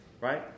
right